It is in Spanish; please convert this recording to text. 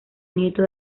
nieto